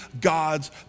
God's